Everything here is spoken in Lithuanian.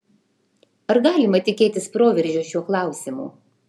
ar galima tikėtis proveržio šiuo klausimu